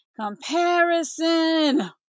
Comparison